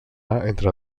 entre